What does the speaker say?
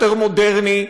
יותר מודרני,